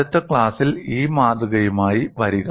അടുത്ത ക്ലാസിൽ ഈ മാതൃകയുമായി വരിക